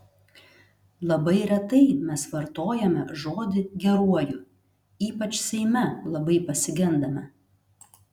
labai retai mes vartojame žodį geruoju ypač seime labai pasigendame